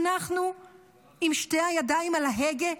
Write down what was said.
אנחנו עם שתי הידיים על ההגה,